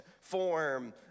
form